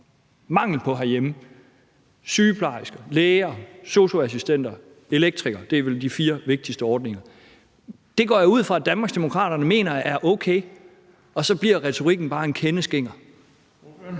mangel på herhjemme – sygeplejersker, læger, sosu-assistenter og elektrikere. Det er vel de fire vigtigste ordninger. Det går jeg ud fra at Danmarksdemokraterne mener er okay, og så bliver retorikken bare en kende skinger.